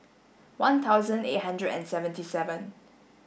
one thousand eight hundred and seventy seven